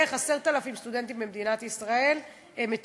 בערך 10,000 סטודנטים במדינת ישראל הם אתיופים.